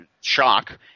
shock